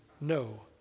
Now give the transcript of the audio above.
No